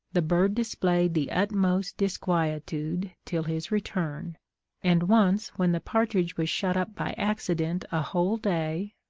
the bird displayed the utmost disquietude till his return and once, when the partridge was shut up by accident a whole day,